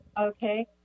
Okay